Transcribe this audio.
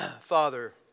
Father